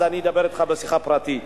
אז אני אדבר אתך בשיחה פרטית.